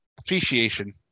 appreciation